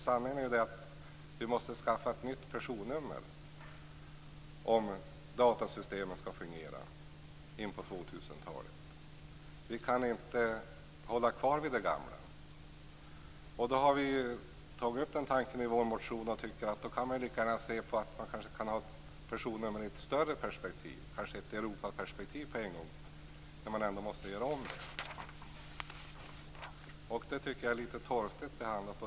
Sanningen är att vi måste skaffa nya personnummer om datasystemen skall fungera in på 2000-talet. Vi kan inte hålla kvar vid de gamla. Då har vi i vår motion tagit upp tanken att man lika gärna kan se personnumren i ett större perspektiv, kanske ett Europaperspektiv, när man ändå måste göra om dem. Detta tycker jag är litet torftigt behandlat.